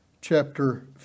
chapter